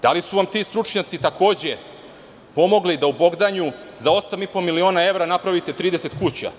Da li su vam ti stručnjaci takođe pomogli da u Bogdanju za osam i po miliona evra napravite 30 kuća?